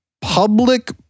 public